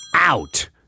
Out